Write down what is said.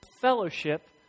fellowship